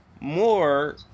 more